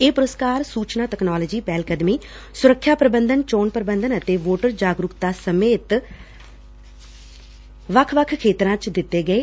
ਇਹ ਪੁਰਸਕਾਰ ਸੁਚਨਾ ਤਕਨਾਲੋਜੀ ਪਹਿਲਕਦਮੀ ਸੁਰੱਖਿਆ ਪੁਬੰਧਨ ਚੋਣ ਪੁਬੰਧਨ ਅਤੇ ਵੋਟਰ ਜਾਗਰੁਕਤਾ ਸਮੇਤ ਵੱਖ ਵੱਖ ਖੇਤਰਾਂ ਚ ਕੀਤੇ ਗਏ ਨੇ